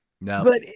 no